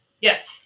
yes